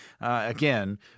Again